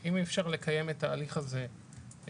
אם אי אפשר לקיים את ההליך הזה מרחוק,